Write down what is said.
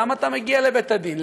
למה אתה מגיע לבית-הדין?